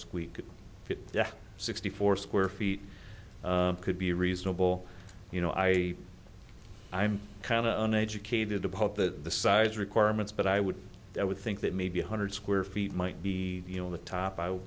squeak sixty four square feet could be a reasonable you know i i'm kind of an educated about the size requirements but i would i would think that maybe one hundred square feet might be you know the top i